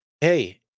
hey